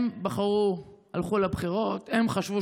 הם בחרו, הם הלכו לבחירות, הם חשבו